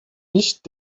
nicht